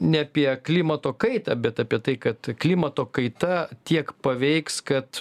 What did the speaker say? ne apie klimato kaitą bet apie tai kad klimato kaita tiek paveiks kad